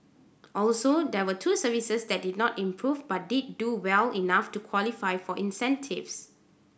also there were two services that did not improve but did do well enough to qualify for incentives